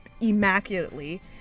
immaculately